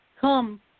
come